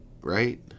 right